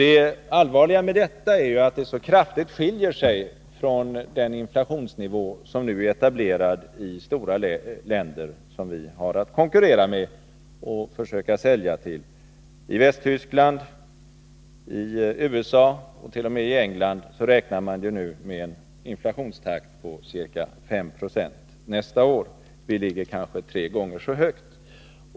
Det allvarliga är att detta så kraftigt skiljer sig från den inflationsnivå som nu är etablerad i stora länder som vi har att konkurrera med och försöka sälja till. I Västtyskland, USA och t.o.m. England räknar man nu med en inflationstakt på ca 5 20 nästa år. Vår kommer att ligga kanske tre gånger så högt.